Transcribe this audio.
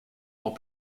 dans